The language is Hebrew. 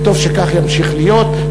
וטוב שכך ימשיך להיות,